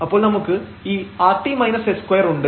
അപ്പോൾ നമുക്ക് ഈ rt s2 ഉണ്ട്